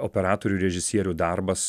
operatorių režisierių darbas